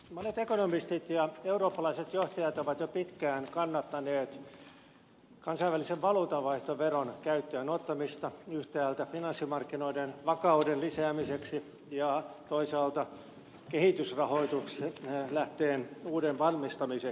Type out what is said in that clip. monet ekonomistit ja eurooppalaiset johtajat ovat jo pitkään kannattaneet kansainvälisen valuutanvaihtoveron käyttöön ottamista yhtäältä finanssimarkkinoiden vakauden lisäämiseksi ja toisaalta uuden kehitysrahoituslähteen varmistamiseksi